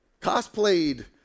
cosplayed